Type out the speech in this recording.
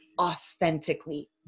authentically